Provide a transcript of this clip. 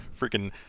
freaking –